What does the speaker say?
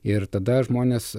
ir tada žmonės